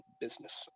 business